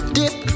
dip